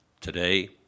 today